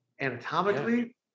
anatomically